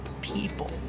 people